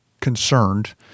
concerned